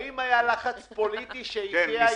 האם היה לחץ פוליטי שאיקאה תיפתח?